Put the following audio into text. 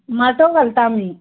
माटोव घालता आमी